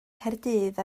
caerdydd